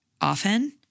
Often